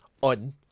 on